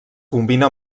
combina